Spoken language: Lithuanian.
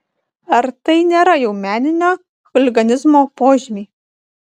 ar tai nėra jau meninio chuliganizmo požymiai